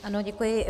Ano, děkuji.